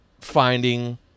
finding